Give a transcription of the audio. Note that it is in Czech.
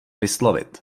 vyslovit